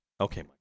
Okay